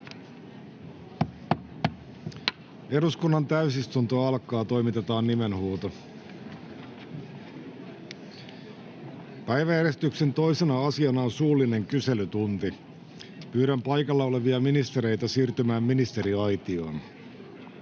Suullinen kyselytunti Time: N/A Content: Päiväjärjestyksen 2. asiana on suullinen kyselytunti. Pyydän paikalla olevia ministereitä siirtymään ministeriaitioon.